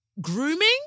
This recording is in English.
grooming